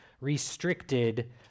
restricted